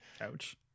Ouch